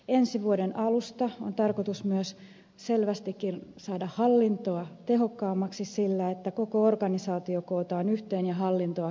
ensi vuoden alusta on tarkoitus myös selvästikin saada hallintoa tehokkaammaksi sillä että koko organisaatio kootaan yhteen ja hallintoa kevennetään